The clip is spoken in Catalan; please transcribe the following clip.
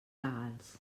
legals